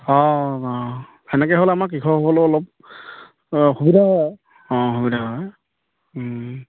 অঁ অঁ সেনেকে হ'লে আমাৰ কৃষকসকলৰ অলপ সুবিধা হয় অঁ সুবিধা হয়